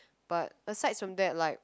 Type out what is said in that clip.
but aside from that like